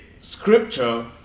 scripture